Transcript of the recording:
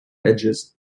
edges